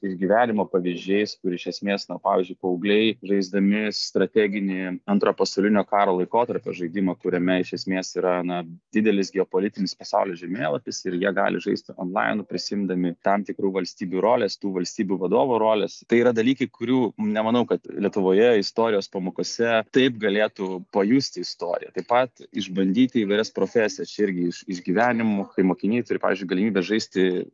iš gyvenimo pavyzdžiais kur iš esmės na pavyzdžiui paaugliai žaisdami strateginį antrojo pasaulinio karo laikotarpio žaidimą kuriame iš esmės yra na didelis geopolitinis pasaulio žemėlapis ir jie gali žaisti onlainu prisiimdami tam tikrų valstybių roles tų valstybių vadovų roles tai yra dalykai kurių nemanau kad lietuvoje istorijos pamokose taip galėtų pajusti istoriją taip pat išbandyti įvairias profesijas čia irgi iš išgyvenimų kai mokiniai turi pavyzdžiui galimybę žaisti